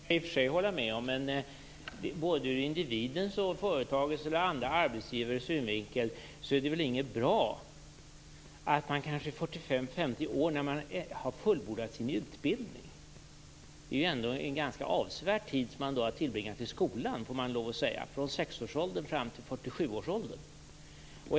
Fru talman! Det sista kan jag i och för sig hålla med om. Men både ur individens och företagets, eller andra arbetsgivares, synvinkel, är det väl inte bra att man kanske är 45-50 år när man har fullbordat sin utbildning. Det är ju ändå en ganska avsevärd tid som man då har tillbringat i skolan, det får man lov att säga - från sexårsåldern fram till 47-årsåldern.